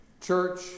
church